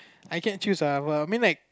I can't choose ah bro I mean like